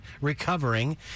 recovering